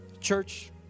Church